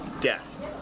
Death